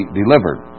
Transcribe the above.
delivered